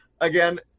again